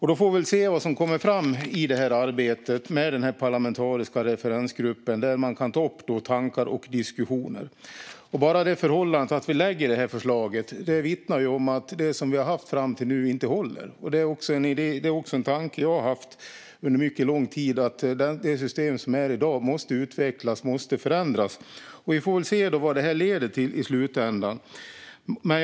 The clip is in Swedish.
Vi får väl se vad som kommer fram i arbetet med den parlamentariska referensgruppen, där man kan ta upp tankar och diskussioner. Bara det faktum att vi lägger fram detta förslag vittnar om att det som vi har haft fram till nu inte håller. Det är också en tanke jag har haft under mycket lång tid: Det system som finns i dag måste utvecklas och förändras. Vi får väl se vad det leder till i slutändan.